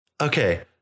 okay